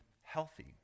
healthy